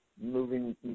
moving